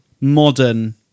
modern